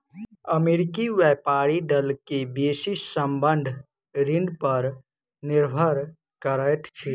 अमेरिकी व्यापारी दल के बेसी संबंद्ध ऋण पर निर्भर करैत अछि